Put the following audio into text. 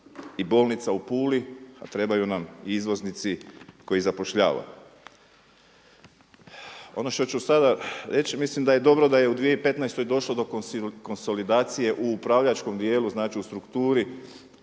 i bolnica u Puli a trebaju nam i izvoznici koji zapošljavaju. Ono što ću sada reći, mislim da je dobro da je u 2015. došlo do konsolidacije u upravljačkom dijelu, znači u strukturi